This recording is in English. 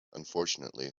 unfortunately